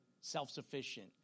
self-sufficient